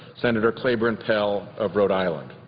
senator claiborne pell of rhode island.